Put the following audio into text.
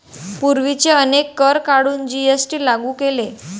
पूर्वीचे अनेक कर काढून जी.एस.टी लागू केले